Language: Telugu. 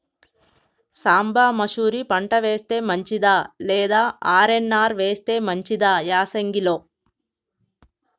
సాంబ మషూరి పంట వేస్తే మంచిదా లేదా ఆర్.ఎన్.ఆర్ వేస్తే మంచిదా యాసంగి లో?